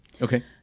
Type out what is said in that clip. Okay